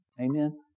Amen